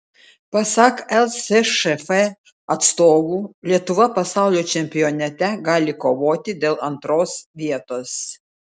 pasak lsšf atstovų lietuva pasaulio čempionate gali kovoti dėl antros vietos